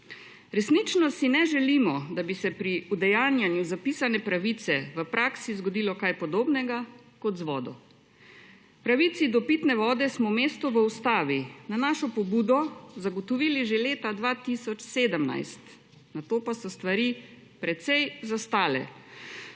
Resnično si ne želimo, da bi se pri udejanjanju zapisane pravice v praksi zgodilo kaj podobnega kot z vodo. Pravici do pitne vode smo mesto v ustavi na našo pobudo zagotovili že leta 2017, nato pa so stvari precej zastale.